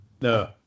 No